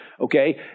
okay